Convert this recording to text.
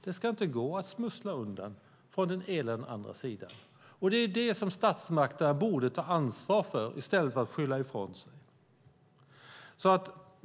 Det ska inte gå att smussla undan från den ena eller andra sidan. Det är det som statsmakterna borde ta ansvar för i stället för att skylla ifrån sig.